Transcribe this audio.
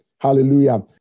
Hallelujah